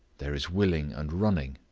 there is willing and running,